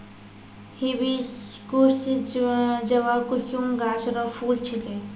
hibiscus जवाकुसुम गाछ रो फूल छिकै